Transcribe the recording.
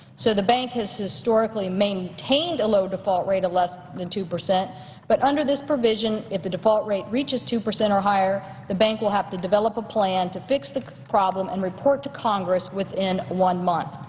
so the bank has historically maintained a low default rate of less than two percent but under this provision if the default rate reaches two percent or higher the bank will have to develop a plan to fix the problem and report to congress within one month.